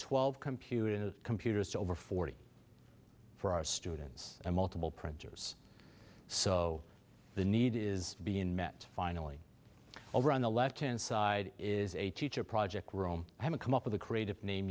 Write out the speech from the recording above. twelve computer to computers to over forty for our students and multiple printers so the need is being met finally over on the left hand side is a teacher project room haven't come up with a creative name